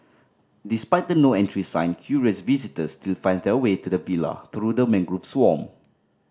despite the No Entry sign curious visitors still find their way to the villa through the mangrove swamp